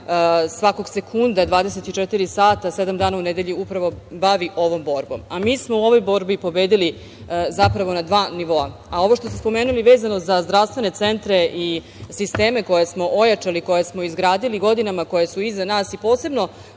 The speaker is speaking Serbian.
svakog sekunda, 24 sata, sedam dana u nedelji upravo bavi ovom borbom. Mi smo u ovoj borbi pobedili, zapravo, na dva nivoa. Ovo što ste spomenuli vezano za zdravstvene centre i sisteme koje smo ojačali, koje smo izgradili godinama koje su iza nas i posebno,